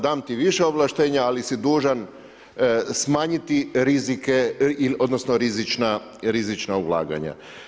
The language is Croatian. Dam ti više ovlaštenja ali si dužan smanjiti rizike odnosno rizična ulaganja.